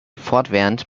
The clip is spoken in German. fortwährend